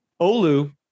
Olu